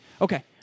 okay